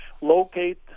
locate